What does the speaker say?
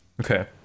Okay